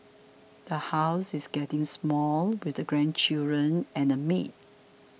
the house is getting small with the grandchildren and a maid